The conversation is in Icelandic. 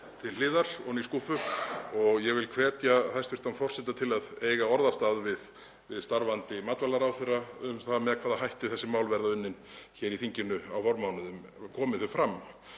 til hliðar, ofan í skúffu. Ég vil hvetja hæstv. forseta til að eiga orðastað við starfandi matvælaráðherra um það með hvaða hætti þessi mál verða unnin hér í þinginu á vormánuðum, komi þau fram,